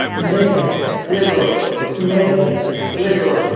liget liget liget liget